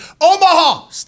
Omaha